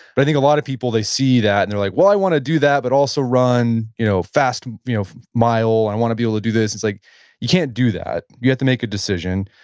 but i think a lot of people they see that and like, well, i want to do that but also run you know faster you know mile. i want to be able to do this. it's like you can't do that. you have to make a decision.